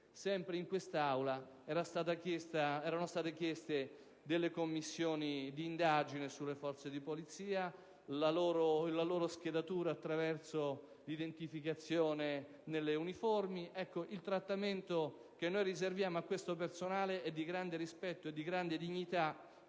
in quest'Aula era stata chiesta la creazione di commissioni di indagine sulle forze di polizia e la loro schedatura attraverso l'identificazione nelle uniformi. Il trattamento che noi riserviamo a questo personale è di grande rispetto e di grande dignità,